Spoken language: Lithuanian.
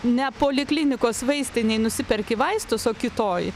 ne poliklinikos vaistinėj nusiperki vaistus o kitoj